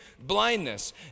blindness